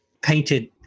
painted